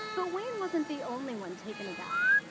but wayne wasn't the only one taken aback.